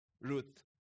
Ruth